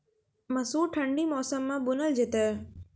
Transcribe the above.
मसूर ठंडी मौसम मे बूनल जेतै?